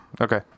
Okay